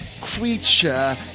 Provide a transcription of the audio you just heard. creature